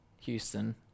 Houston